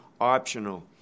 optional